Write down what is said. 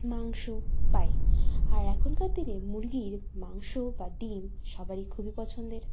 মাংস পাই আর এখনকার দিনে মুরগির মাংস বা ডিম সবারই খুবই পছন্দের